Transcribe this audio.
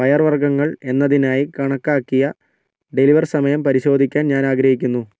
പയർവർഗ്ഗങ്ങൾ എന്നതിനായി കണക്കാക്കിയ ഡെലിവർ സമയം പരിശോധിക്കാൻ ഞാൻ ആഗ്രഹിക്കുന്നു